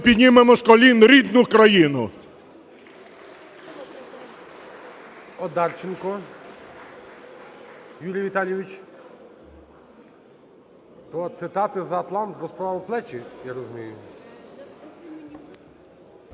піднімемо з колін рідну країну.